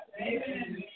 Amen